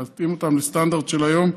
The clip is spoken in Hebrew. להתאים אותם לסטנדרט של היום.